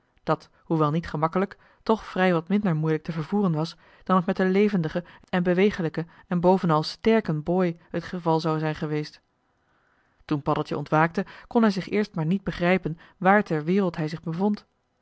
dat hoewel niet gemakkelijk toch vrij wat minder moeilijk te vervoeren was dan het met den levendigen en beweeglijken en bovenal sterken boy het geval zou zijn geweest toen paddeltje ontwaakte kon hij zich eerst maar niet begrijpen waar ter wereld hij zich bevond